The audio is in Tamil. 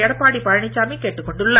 எடப்பாடி பழனிச்சாமி கேட்டுக் கொண்டுள்ளார்